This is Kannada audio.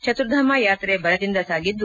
ಚತುರ್ಧಾಮ ಯಾತ್ರೆ ಬರದಿಂದ ಸಾಗಿದೆ